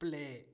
play